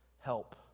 help